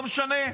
לא משנה,